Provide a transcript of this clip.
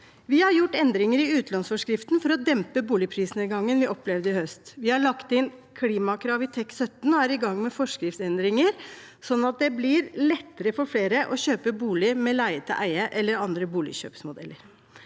Vi har gjort endringer i utlånsforskriften for å dempe boligprisnedgangen vi opplevde i høst. Vi har lagt inn klimakrav i TEK17 og er i gang med forskriftsendringer sånn at det blir lettere for flere å kjøpe bolig med leie til eie eller andre boligkjøpsmodeller.